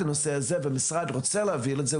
את הנושא הזה והמשרד רוצה להוביל את זה.